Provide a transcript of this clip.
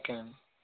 okay